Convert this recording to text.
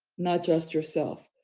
not just yourself.